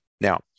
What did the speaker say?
Now